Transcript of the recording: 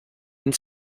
and